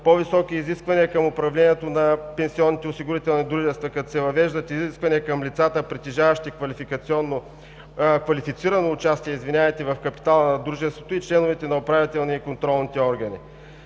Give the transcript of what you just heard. по-високи изисквания към управлението на пенсионните осигурителни дружества, като се въвеждат изисквания към лицата, притежаващи квалифицирано участие в капитала на дружеството и членовете на управителния и контролните органи.